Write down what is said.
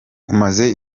umaze